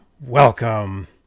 welcome